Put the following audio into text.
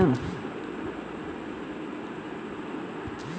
गेहूं के रोपनी कईले बानी कहीं बाढ़ त ना आई ना?